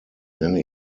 nenne